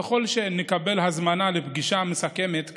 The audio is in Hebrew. ככל שנקבל הזמנה לפגישה מסכמת כאמור,